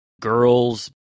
girl's